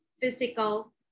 physical